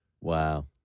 Wow